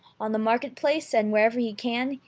on the market place, and wherever he can,